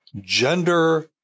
gender